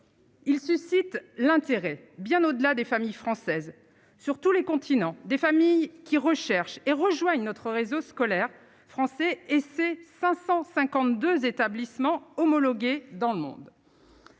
Il suscite l'intérêt bien au-delà des familles françaises sur tous les continents, des familles qui recherchent et rejoigne notre réseau scolaire français et c'est 552 établissements homologués dans le monde.